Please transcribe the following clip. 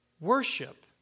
Worship